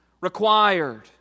required